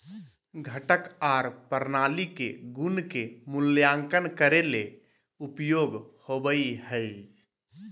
घटक आर प्रणाली के गुण के मूल्यांकन करे ले उपयोग होवई हई